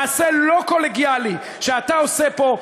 מעשה לא קולגיאלי שאתה עושה פה,